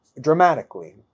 dramatically